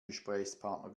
gesprächspartner